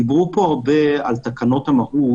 דיברו פה הרבה על תקנות המהות